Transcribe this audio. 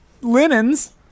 linens